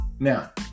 Now